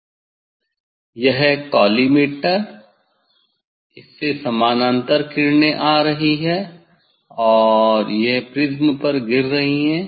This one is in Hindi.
यहाँ कॉलीमटोर से समानांतर किरणें आ रही हैं और यह प्रिज़्म पर गिर रही है